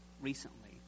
recently